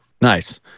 Nice